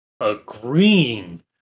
agreeing